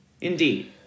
Indeed